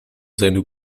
seine